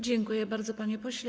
Dziękuję bardzo, panie pośle.